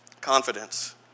Confidence